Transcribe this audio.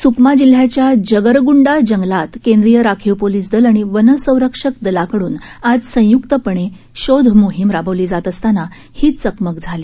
सुकमा जिल्ह्याच्या जगरगुंडा जंगलात केंद्रीय राखीव पोलीस दल आणि वनसंरक्षक दलाकडून आज संयुक्तपणे शोधमोहीम राबवली जात असताना ही चकमक सुरू झाली